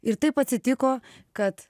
ir taip atsitiko kad